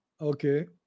Okay